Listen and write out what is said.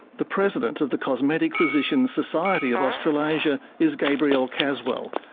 the president of the cosmetic physicians society of australasia is gabrielle caswell,